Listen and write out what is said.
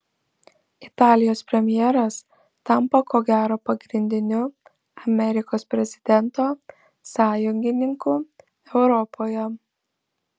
italijos premjeras tampa ko gero pagrindiniu amerikos prezidento sąjungininku europoje